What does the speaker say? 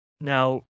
Now